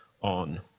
on